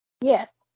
Yes